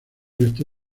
oeste